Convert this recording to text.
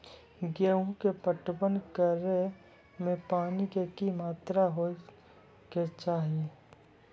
गेहूँ के पटवन करै मे पानी के कि मात्रा होय केचाही?